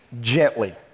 gently